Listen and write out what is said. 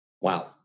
Wow